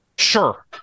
Sure